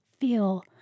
feel